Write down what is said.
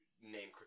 name